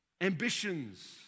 ambitions